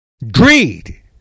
Greed